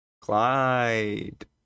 Clyde